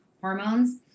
hormones